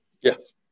Yes